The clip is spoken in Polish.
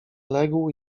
legł